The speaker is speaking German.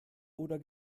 oder